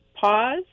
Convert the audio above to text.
pause